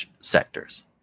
sectors